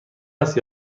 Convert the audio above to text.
است